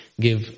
Give